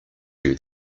you